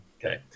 Okay